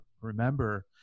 remember